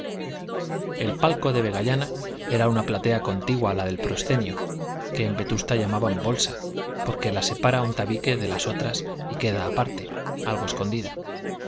el palco de vegallana era una platea contigua a la del proscenio que en vetusta llamaban bolsa porque la separa un tabique de las otras y queda aparte algo escondida